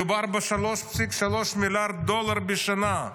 מדובר ב-3.3 מיליארד דולר בשנה.